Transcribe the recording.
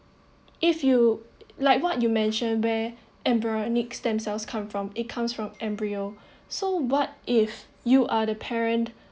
if you like what you mention where embryonic stem cells come from it comes from embryo so what if you are the parent